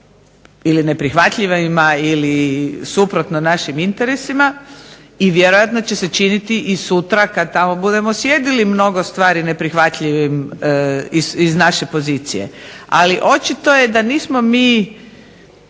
ili neprihvatljivima ili suprotno našim interesima i vjerojatno će se činiti i sutra kad tamo budemo sjedili mnogo stvari neprihvatljivim iz naše pozicije. Ali očito je da nismo mi